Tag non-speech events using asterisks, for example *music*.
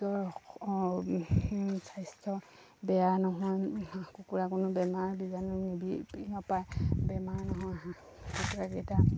*unintelligible* স্বাস্থ্য বেয়া নহয় হাঁহ কুকুৰাৰ কোনো বেমাৰৰ বীজাণু নিবিয়পে বেমাৰ নহয় হাঁহ কুকুৰাকেইটা